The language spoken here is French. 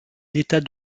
l’état